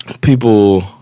people